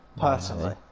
Personally